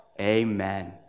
Amen